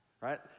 right